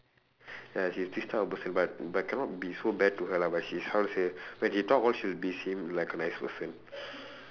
ya she's this type of person but but cannot be so bad to her lah but she's how to say when she talk all she would be seem like a nice person